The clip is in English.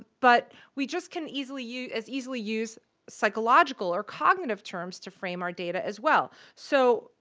but we just can easily use as easily use psychological or cognitive terms to frame our data as well. so,